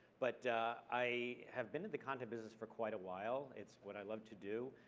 but i have been in the content business for quite a while. it's what i love to do.